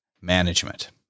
Management